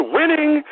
winning